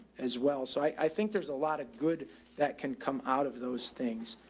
as well. so i think there's a lot of good that can come out of those things.